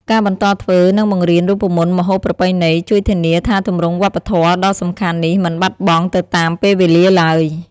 ការបន្តធ្វើ និងបង្រៀនរូបមន្តម្ហូបប្រពៃណី ជួយធានាថាទម្រង់វប្បធម៌ដ៏សំខាន់នេះមិនបាត់បង់ទៅតាមពេលវេលាឡើយ។